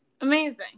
Amazing